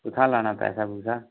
कुत्थां लाना पैसा पूसा